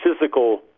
physical